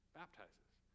baptizes